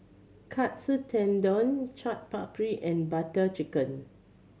Katsu Tendon Chaat Papri and Butter Chicken